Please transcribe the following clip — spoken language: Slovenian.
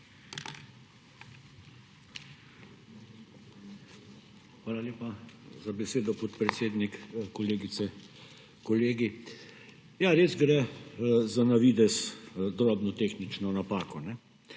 Hvala lepa za besedo, podpredsednik. Kolegice in kolegi! Ja, res gre za na videz drobno tehnično napako,